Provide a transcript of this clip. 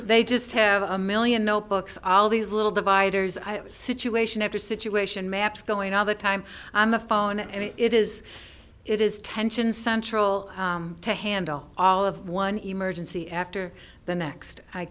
they just have a million notebooks all these little dividers situation after situation maps going all the time on the phone and it is it is tension central to handle all of one emergency after the next i